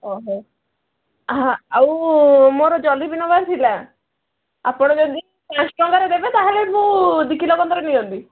ଓହୋ ଆହା ଆଉ ମୋର ଜଲେବି ନବାର ଥିଲା ଆପଣ ଯଦି ପାଞ୍ଚ ଟଙ୍କାର ଦେବେ ତାହେଲେ ମୁଁ ଦୁଇ କିଲୋ କାନ୍ତୁରୁ ନିଅନ୍ତି